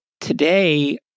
today